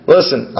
Listen